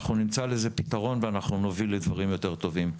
כי אנחנו נמצא לזה פתרון ונוביל לדברים יותר טובים.